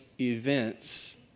events